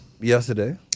yesterday